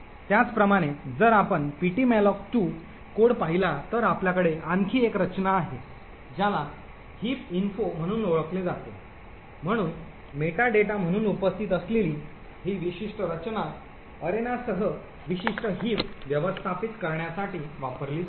त्याचप्रमाणे जर आपण ptmalloc2 कोड पाहिला तर आपल्याकडे आणखी एक रचना आहे ज्याला heap info म्हणून ओळखले जाते म्हणून मेटा डेटा म्हणून उपस्थित असलेली ही विशिष्ट रचना अरेनासह विशिष्ट हिप व्यवस्थापित करण्यासाठी वापरली जाईल